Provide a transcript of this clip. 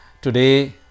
Today